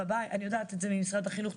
ואני יודעת את הנתון הזה ממשרד החינוך,